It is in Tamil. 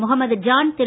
முகமது ஜான் திரு